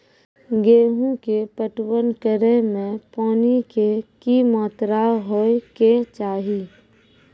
गेहूँ के पटवन करै मे पानी के कि मात्रा होय केचाही?